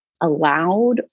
allowed